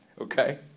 okay